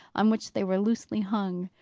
on which they were loosely hung.